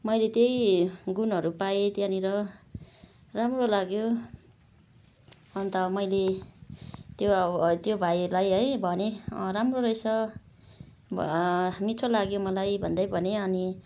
मैले त्यै गुणहरू पाएँ त्यहाँनिर राम्रो लाग्यो अन्त मैले त्यो अब त्यो भाइलाई है भनेँ अँ राम्रो रहेछ मिठो लाग्यो मलाई भन्दै भनेँ अनि